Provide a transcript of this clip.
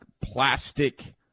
plastic